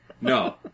No